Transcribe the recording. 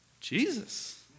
Jesus